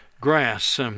grass